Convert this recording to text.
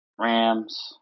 Rams